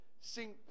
sing